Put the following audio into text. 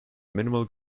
minimal